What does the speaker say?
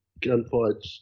gunfights